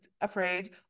Afraid